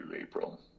April